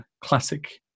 classic